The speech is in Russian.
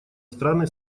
страны